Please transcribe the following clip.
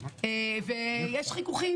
ויש חיכוכים,